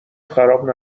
خراب